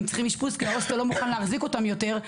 הם צריכים אשפוז כי ההוסטל לא מוכן להחזיק אותם יותר,